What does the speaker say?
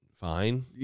fine